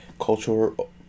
cultural